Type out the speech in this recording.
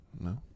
no